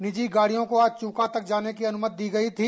निजी गाड़ियों को आज चूका तक जाने की अनुमति दी गई थी